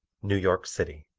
new york city